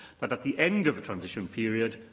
but at the end of the transition period,